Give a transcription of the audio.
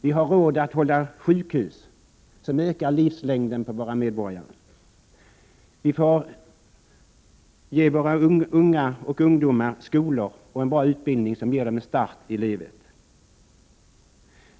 Vi har råd att ha sjukhus, som ökar livslängden på medborgarna, vi kan ge våra ungdomar skolor och bra utbildning, som ger dem en bra start i livet.